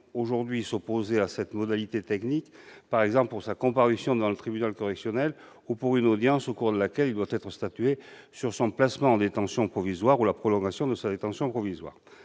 aujourd'hui s'opposer à l'utilisation de cette modalité technique, par exemple pour sa comparution devant le tribunal correctionnel ou pour une audience au cours de laquelle il doit être statué sur son placement en détention provisoire ou la prolongation de sa détention provisoire.